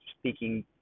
speaking